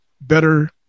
better